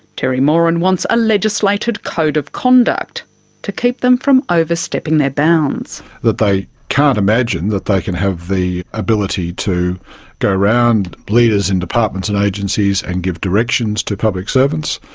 terry moran wants a legislated code of conduct to keep them from overstepping their bounds. that they can't imagine that they can have the ability to go around leaders in departments and agencies and give directions to public servants.